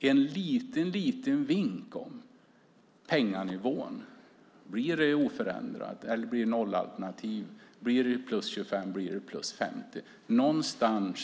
en liten vink om penganivån! Blir den oförändrad, blir det nollalternativ, blir det +25 procent eller +50 procent?